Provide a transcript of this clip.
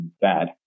bad